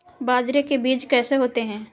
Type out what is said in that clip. बाजरे के बीज कैसे होते हैं?